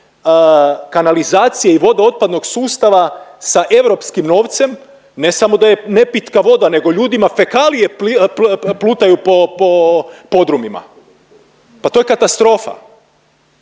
kanalizacije i vodootpadnog sustava sa europskim novcem. Ne samo da je nepitka voda nego ljudima fekalije plutaju po podrumima. Pa to je katastrofa.